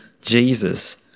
Jesus